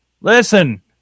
Listen